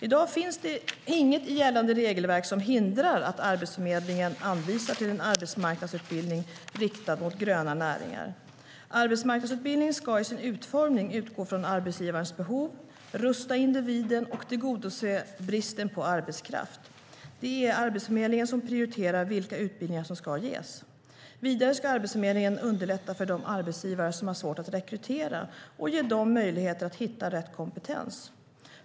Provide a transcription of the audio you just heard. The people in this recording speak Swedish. I dag finns det inget i gällande regelverk som hindrar att Arbetsförmedlingen anvisar till en arbetsmarknadsutbildning riktad mot gröna näringar. Arbetsmarknadsutbildning ska i sin utformning utgå från arbetsgivarnas behov, rusta individen och tillgodose bristen på arbetskraft. Det är Arbetsförmedlingen som prioriterar vilka utbildningar som ska ges. Vidare ska Arbetsförmedlingen underlätta för de arbetsgivare som har svårt att rekrytera och ge dem möjligheter att hitta rätt kompetens.